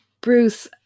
Bruce